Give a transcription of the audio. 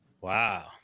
Wow